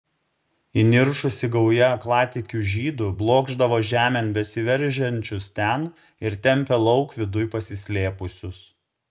įniršusi gauja aklatikių žydų blokšdavo žemėn besiveržiančius ten ir tempė lauk viduj pasislėpusius